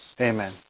Amen